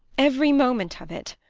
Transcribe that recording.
every moment of it,